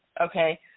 Okay